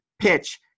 PITCH